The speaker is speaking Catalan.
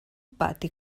pati